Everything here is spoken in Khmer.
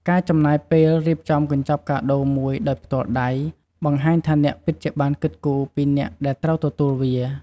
ការចំណាយពេលរៀបចំកញ្ចប់កាដូមួយដោយផ្ទាល់ដៃ បង្ហាញថាអ្នកពិតជាបានគិតគូរពីអ្នកដែលត្រូវទទួលវា។